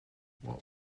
what